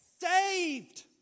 Saved